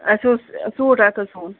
اَسہِ اوس سوٗٹ اکھ اوس ہیوٚن